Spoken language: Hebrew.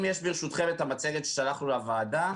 אם יש לכם את המצגת ששלחנו לוועדה,